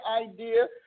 idea